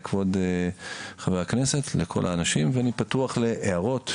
כבוד חבר הכנסת לכל האנשים ואני פתוח להערות,